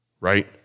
right